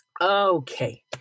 Okay